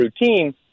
routine